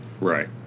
Right